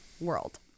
world